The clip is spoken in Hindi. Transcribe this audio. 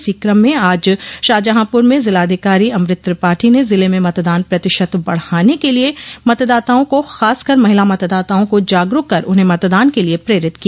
इसी कम में आज शाहजहांपुर में जिलाधिकारी अमृत त्रिपाठी ने जिले में मतदान प्रतिशत बढ़ाने के लिए मतदाताओं को खास कर महिला मतदाताओं को जागरूक कर उन्हें मतदान के लिए प्रेरित किया